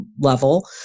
level